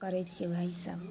करै छिए वएहसब